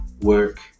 work